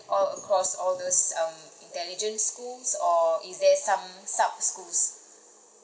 all across all those um intelligent schools or is there some sub schools